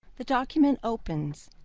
the document opens.